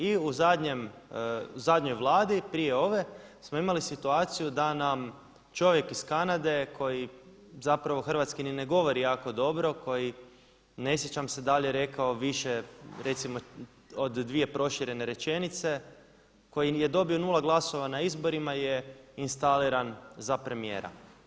I u zadnjoj Vladi prije ove smo imali situaciju da nam čovjek iz Kanade koji zapravo hrvatski ni ne govori jako dobro, koji ne sjećam se da li je rekao više recimo od dvije proširene rečenice, koji je dobio nula glasova na izborima je instaliran za premijera.